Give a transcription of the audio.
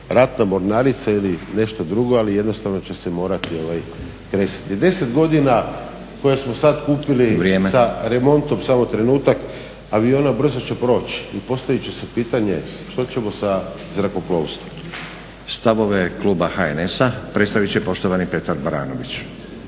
Stavove kluba HNS-a predstavit će poštovani Petar Baranović.